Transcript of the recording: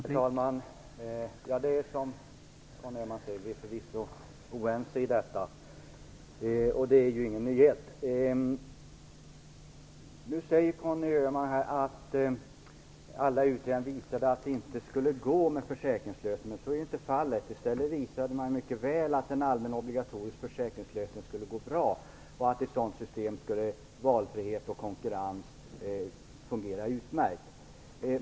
Herr talman! Det är förvisso som Conny Öhman säger. Vi är oense i dessa frågor. Det är ingen nyhet. Nu säger Conny Öhman att alla utredningar visar att det inte skulle fungera med en försäkringslösning. Så är inte fallet. I stället visar de mycket väl att en lösning med allmän obligatorisk försäkring skulle fungera bra. Med ett sådant system skulle valfrihet och konkurrens fungera utmärkt.